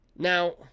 Now